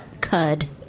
Cud